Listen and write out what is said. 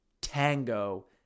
tango